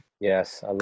yes